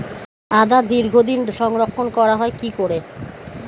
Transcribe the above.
আদা দীর্ঘদিন সংরক্ষণ করা হয় কি করে?